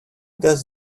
does